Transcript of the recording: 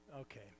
Okay